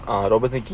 ah robertson quay